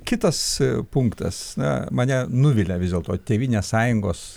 kitas punktas na mane nuvilia vis dėlto tėvynės sąjungos